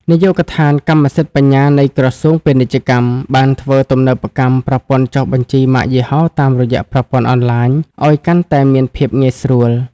នាយកដ្ឋានកម្មសិទ្ធិបញ្ញានៃក្រសួងពាណិជ្ជកម្ម បានធ្វើទំនើបកម្មប្រព័ន្ធចុះបញ្ជីម៉ាកយីហោតាមរយៈប្រព័ន្ធអនឡាញឱ្យកាន់តែមានភាពងាយស្រួល។